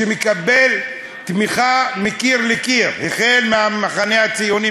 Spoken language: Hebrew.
שמקבל תמיכה מקיר לקיר: המחנה הציוני,